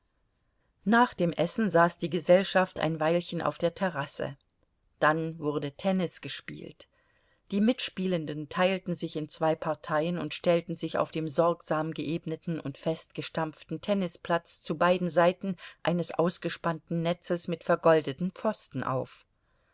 nach dem essen saß die gesellschaft ein weilchen auf der terrasse dann wurde tennis gespielt die mitspielenden teilten sich in zwei parteien und stellten sich auf dem sorgsam geebneten und festgestampften tennisplatz zu beiden seiten eines ausgespannten netzes mit vergoldeten pfosten auf